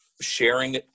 sharing